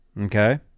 Okay